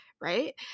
Right